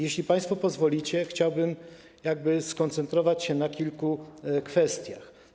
Jeśli państwo pozwolicie, chciałbym skoncentrować się na kilku kwestiach.